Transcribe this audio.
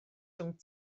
rhwng